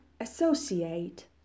associate